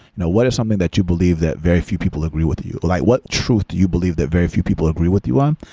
you know what is something that you believe that very few people agree with you? like what truth do you believe that very few people agree with you on,